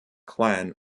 clan